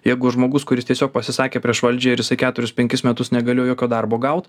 jeigu žmogus kuris tiesiog pasisakė prieš valdžią ir jisai keturis penkis metus negaliu jokio darbo gauti